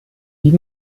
wie